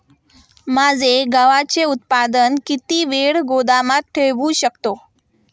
माझे गव्हाचे उत्पादन किती वेळ गोदामात ठेवू शकतो?